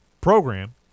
program